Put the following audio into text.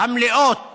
המלאות